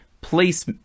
place